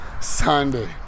Sunday